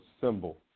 symbol